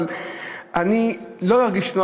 אבל אני לא ארגיש נוח.